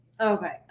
Okay